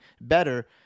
better